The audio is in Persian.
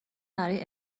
برای